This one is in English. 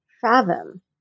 fathom